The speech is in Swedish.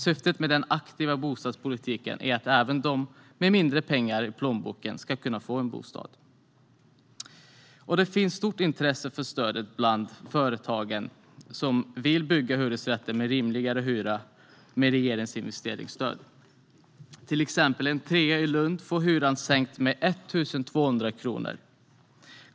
Syftet med den aktiva bostadspolitiken är att även de med mindre pengar i plånboken ska kunna få en bostad. Det finns ett stort intresse för stödet bland företagen, som vill bygga hyresrätter med rimligare hyra med regeringens investeringsstöd. Till exempel får en trea i Lund hyran sänkt med 1 200 kronor.